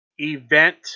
Event